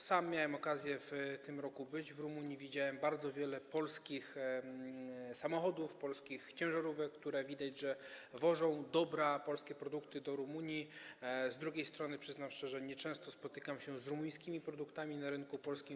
Sam miałem okazję w tym roku być w Rumunii, widziałem tam bardzo wiele polskich samochodów, polskich ciężarówek, które, jak widać, wożą dobra polskie, polskie produkty do Rumunii, z drugiej strony, przyznam szczerze, nieczęsto spotykam się z rumuńskimi produktami na rynku polskim.